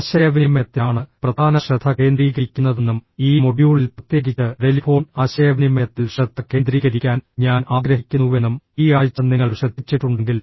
ആശയവിനിമയത്തിലാണ് പ്രധാന ശ്രദ്ധ കേന്ദ്രീകരിക്കുന്നതെന്നും ഈ മൊഡ്യൂളിൽ പ്രത്യേകിച്ച് ടെലിഫോൺ ആശയവിനിമയത്തിൽ ശ്രദ്ധ കേന്ദ്രീകരിക്കാൻ ഞാൻ ആഗ്രഹിക്കുന്നുവെന്നും ഈ ആഴ്ച നിങ്ങൾ ശ്രദ്ധിച്ചിട്ടുണ്ടെങ്കിൽ